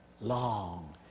long